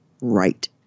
right